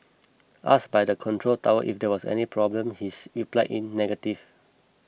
ask by the control tower if there was any problem he is replied in negative